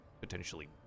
potentially